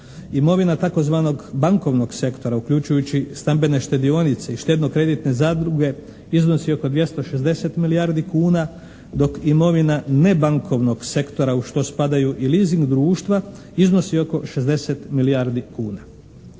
Imovina tzv. bankovnog sektora uključujući stambene štedionice i štedno-kreditne zadruge iznosi oko 260 milijardi kuna, dok imovina nebankovnog sektora u što spadaju i leasing društva iznosi oko 60 milijardi kuna.